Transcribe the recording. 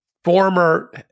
former